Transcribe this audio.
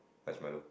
iced Milo